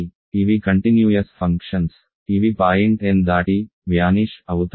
కాబట్టి ఇవి continuous functions ఇవి పాయింట్ n దాటి కనుమరుగు వ్యానిష్ అవుతాయి